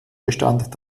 bestand